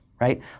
right